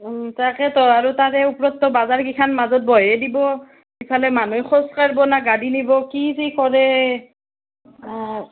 তাকেতো আৰু তাৰে ওপৰততো বজাৰকেইখন মাজত বহাই দিব ইফালে মানুহে খোজ কাঢ়িব নে গাড়ী নিব কি যে কৰে অঁ